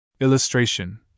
Illustration